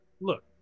Look